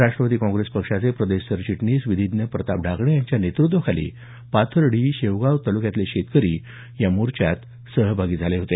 Rashtrawadi Congress पक्षाचे प्रदेश सरचिटणीस विविद प्रताप ढाकणे यांच्या नेतृत्वाखाली पाथर्डी शेवगाव तालुक्यातील शेतकरी या मोर्चात सहभागी झाले होते